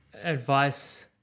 advice